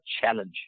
challenge